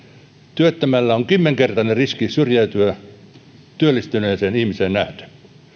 työttömällä on kymmenkertainen riski syrjäytyä työllistyneeseen ihmiseen nähden